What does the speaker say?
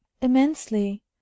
Immensely